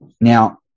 Now